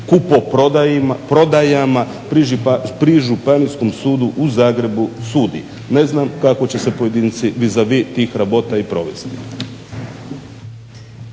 kupoprodajama pri Županijskom sudu u Zagrebu sudi. Ne znam kako će se pojedinci vis a vis tih rabota i provesti.